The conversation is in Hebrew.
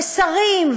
ושרים,